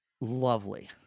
lovely